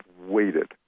waited